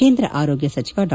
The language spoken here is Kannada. ಕೇಂದ್ರ ಆರೋಗ್ಯ ಸಚಿವ ಡಾ